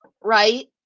Right